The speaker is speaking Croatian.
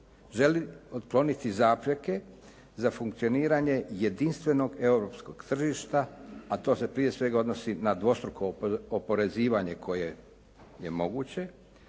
Želi otkloniti zapreke za funkcioniranje jedinstvenog europskog tržišta a to se prije svega odnosi na dvostruko oporezivanje koje je moguće.